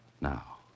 Now